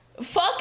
Fuck